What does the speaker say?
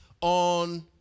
on